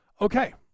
Okay